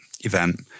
event